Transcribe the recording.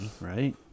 right